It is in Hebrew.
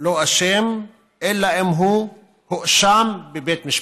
לא אשם אלא אם כן הוא הורשע בבית משפט.